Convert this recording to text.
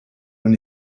oder